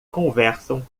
conversam